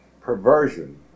perversion